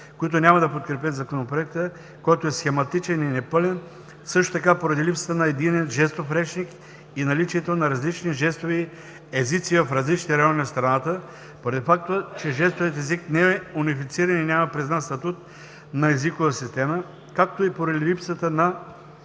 които няма да подкрепят Законопроекта, който е схематичен и непълен; също така поради липсата на единен жестов речник и наличието на различни жестови езици в различните райони на страната; поради факта, че жестовият език не е унифициран и няма признат статут на езикова система, както и поради липсата на